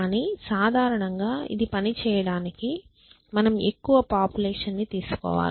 కానీ సాధారణంగా ఇది పనిచేయడానికి మనం ఎక్కువ పాపులేషన్ ని తీసుకోవాలి